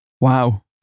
Wow